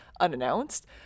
unannounced